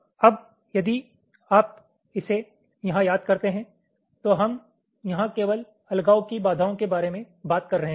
अब यदि आप इसे यहाँ याद करते हैं तो हम यहाँ केवल अलगाव की बाधाओं के बारे में बात कर रहे है